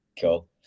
cool